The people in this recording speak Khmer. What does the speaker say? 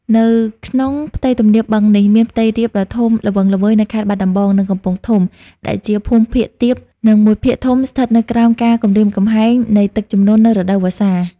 នៅក្នុងផ្ទៃទំនាបបឹងនេះ មានផ្ទៃរាបដ៏ធំល្វឹងល្វើយនៅខេត្តបាត់ដំបង និងកំពង់ធំ ដែលជាភូមិភាគទាប និងមួយភាគធំស្ថិតនៅក្រោមការគំរាមកំហែងនៃទឹកជំនន់នៅរដូវវស្សា។